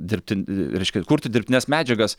dirbti reiškia kurti dirbtines medžiagas